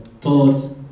thoughts